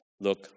Look